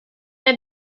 had